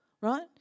right